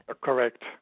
Correct